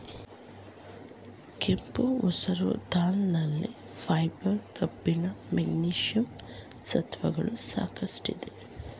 ಕೆಂಪು ಮಸೂರ್ ದಾಲ್ ನಲ್ಲಿ ಫೈಬರ್, ಕಬ್ಬಿಣ, ಮೆಗ್ನೀಷಿಯಂ ಸತ್ವಗಳು ಸಾಕಷ್ಟಿದೆ